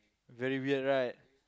very weird right